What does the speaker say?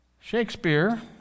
Shakespeare